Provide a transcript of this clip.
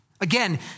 Again